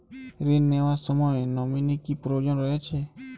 ঋণ নেওয়ার সময় নমিনি কি প্রয়োজন রয়েছে?